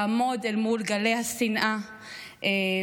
לעמוד אל מול גלי השנאה והגזענות.